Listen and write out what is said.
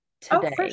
today